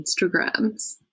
Instagrams